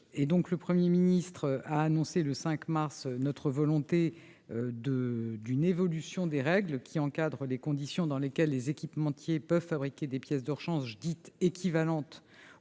Le Premier ministre a annoncé le 5 mars dernier qu'il voulait une évolution des règles encadrant les conditions dans lesquelles les équipementiers peuvent fabriquer des pièces de rechange dites « équivalentes